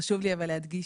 חשוב לי אבל להדגיש